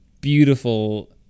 beautiful